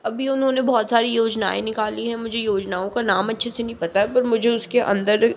अभी उन्होंने बहुत सारी योजनाएं निकाली हैं मुझे योजनाओं का नाम अच्छे से नहीं पता है पर मुझे उसके अंदर